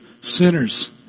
sinners